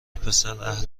پسراهل